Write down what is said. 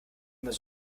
immer